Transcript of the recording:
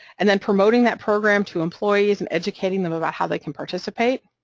and then promoting that program to employees and educating them about how they can participate,